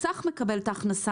בעל המוסך מקבל את ההחלטה,